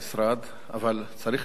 אבל צריך להגן על העורף